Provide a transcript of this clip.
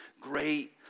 great